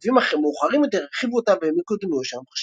וכותבים מאוחרים יותר הרחיבו אותה והעמיקו את דימויו של המכשף.